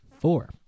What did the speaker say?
Four